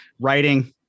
writing